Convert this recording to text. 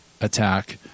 Attack